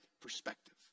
perspective